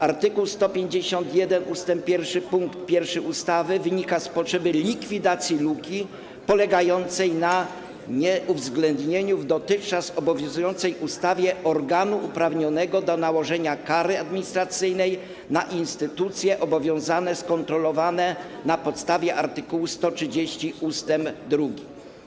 Art. 151 ust. 1 pkt 1 ustawy wynika z potrzeby likwidacji luki polegającej na nieuwzględnieniu w dotychczas obowiązującej ustawie organu uprawnionego do nałożenia kary administracyjnej na instytucje obowiązane, skontrolowane na podstawie art. 130 ust. 2.